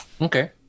Okay